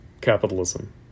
capitalism